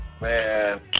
Man